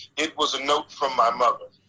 it was a note from my mother.